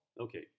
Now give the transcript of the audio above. Okay